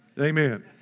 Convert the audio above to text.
Amen